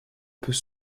peut